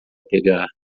pegar